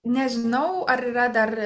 nežinau ar yra dar